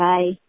Bye